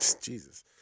Jesus